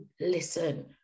listen